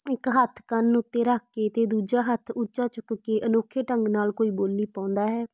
ਇੱਕ ਹੱਥ ਕੰਨ ਉੱਤੇ ਰੱਖ ਕੇ ਅਤੇ ਦੂਜਾ ਹੱਥ ਉੱਚਾ ਚੁੱਕ ਕੇ ਅਨੋਖੇ ਢੰਗ ਨਾਲ ਕੋਈ ਬੋਲੀ ਪਾਉਂਦਾ ਹੈ